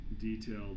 detailed